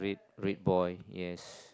red boy yes